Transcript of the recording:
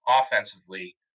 offensively